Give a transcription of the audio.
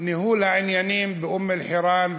וניהול העניינים באום-אלחיראן,